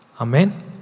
Amen